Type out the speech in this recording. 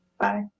Bye